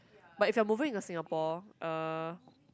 but if you are moving to Singapore uh